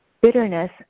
Bitterness